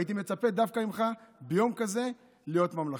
והייתי מצפה דווקא ממך, ביום כזה, להיות ממלכתי.